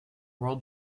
world